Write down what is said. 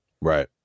Right